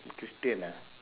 christian ah